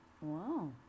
Wow